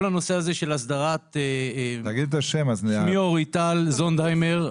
שמי אורי טל זונדהיימר,